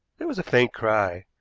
there was a faint cry,